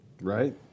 Right